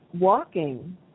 walking